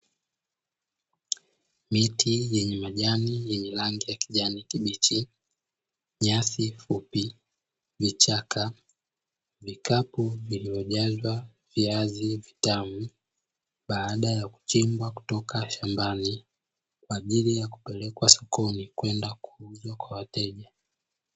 Miti yenye majani yenye rangi ya kijani kibichi, nyasi fupi, vichaka, vikapu vilivyojazwa viazi vitamu baada ya kuchimbwa kutoka shambani, kwa ajili ya kupelekwa sokoni kwenda kuuzwa kwa wateja.